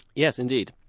yes indeed.